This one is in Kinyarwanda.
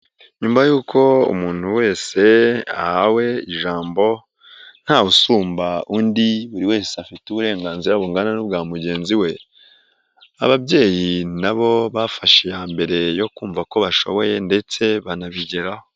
Nyuma y'uko umuntu wese ahawe ijambo ntawusumba undi buri wese afite uburenganzira bungana n'ubwa mugenzi we, ababyeyi na bo bafashe iya mbere yo kumva ko bashoboye ndetse banabigeraho.